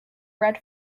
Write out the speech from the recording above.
red